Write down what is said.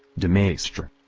demaistre.